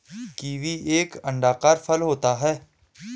kiwi एक अंडाकार फल होता है